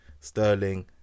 Sterling